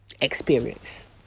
experience